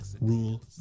rule